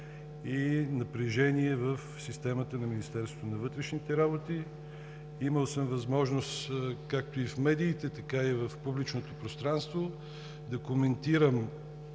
и напрежение в системата на Министерството на вътрешните работи. Имал съм възможност както и в медиите, така и в публичното пространство да коментирам